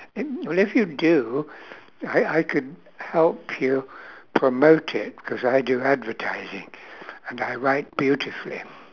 if well if you do I I could help you promote it because I do advertising and I write beautifully